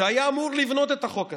שהיה אמור לבנות את החוק הזה.